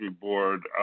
board